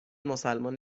مسلمان